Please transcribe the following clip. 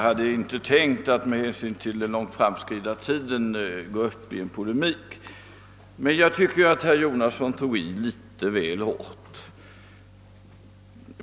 Herr talman! Med hänsyn till den långt framskridna tiden hade jag inte tänkt gå in i polemik. Jag tycker emellertid att herr Jonasson tog i litet väl hårt.